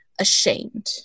ashamed